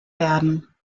werden